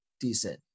decent